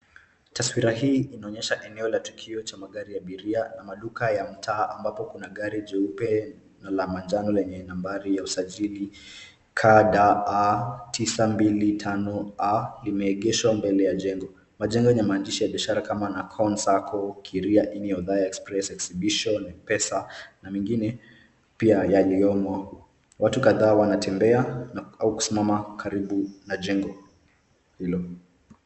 Taswira hii inaonyesha eneo la tukio cha magari ya abiria na maduka ya mtaa ambapo kuna gari jeupe na la manjano lenye nambari ya usajili KDA 925 A limeegeshwa mbele ya jengo. Majengo yenye maandishi ya biashara kama Nakkons Circle , Kiria-ni othaya express exhibition , Mpesa na mengine pia yaliyomo. Watu kadhaa wanatembea na au kusimama karibu na jengo hilo.